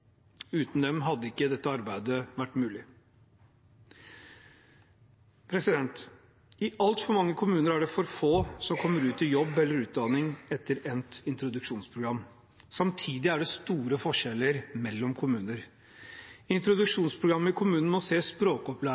Uten dem hadde ikke dette arbeidet vært mulig. I altfor mange kommuner er det for få som kommer ut i jobb eller utdanning etter endt introduksjonsprogram. Samtidig er det store forskjeller mellom kommuner. Introduksjonsprogrammet i kommunen må se språkopplæring,